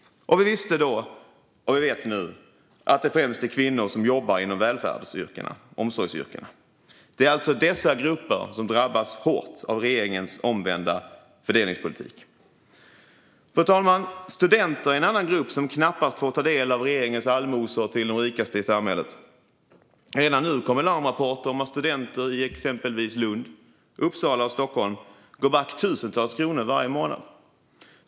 Och vi visste då, och vi vet nu, att det främst är kvinnor som jobbar inom omsorgsyrkena. Det är alltså dessa grupper som drabbas hårt av regeringens omvända fördelningspolitik. Fru talman! Studenter är en annan grupp som knappast får ta del av regeringens allmosor till de rikaste i samhället. Redan nu kommer larmrapporter om att studenter i exempelvis Lund, Uppsala och Stockholm går back tusentals kronor varje månad.